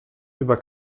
über